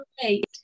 great